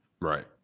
right